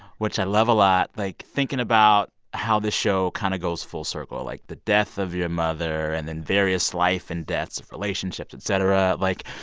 which i love a lot, like, thinking about how this show kind of goes full circle. like, the death of your mother and then various life and deaths of relationships, etc. like,